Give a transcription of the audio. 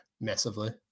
massively